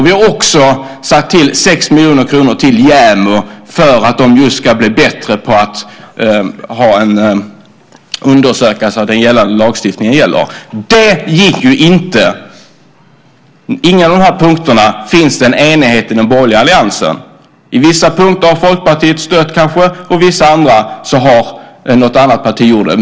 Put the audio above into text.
Vi har också satt till 6 miljoner kronor till JämO, just för att de ska bli bättre på att undersöka att den gällande lagstiftningen följs. På ingen av de här punkterna finns det en enighet inom den borgerliga alliansen. På vissa punkter har Folkpartiet stött, och på andra har något annat parti gjort det.